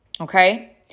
Okay